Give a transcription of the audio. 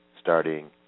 starting